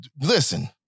listen